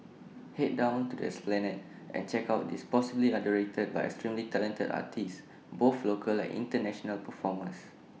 Head down to the esplanade and check out these possibly underrated but extremely talented artists both local and International performers